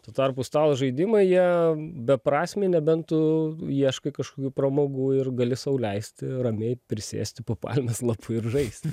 tuo tarpu stalo žaidimai jie beprasmiai nebent tu ieškai kažkokių pramogų ir gali sau leisti ramiai prisėsti po palmės lapu ir žaist